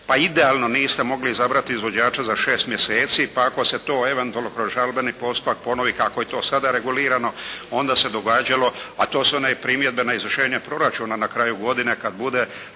pa idealno niste mogli izabrati izvođača za 6 mjeseci. Pa ako se to eventualno kroz žalbeni postupak ponovi, kako je to sada regulirano onda se događalo, a to su one primjedbe na izvršenje proračuna na kraju godine kad bude